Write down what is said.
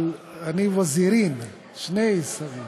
אבל אני וזירין, שני שרים.